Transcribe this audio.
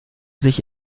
sich